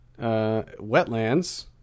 Wetlands